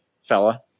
fella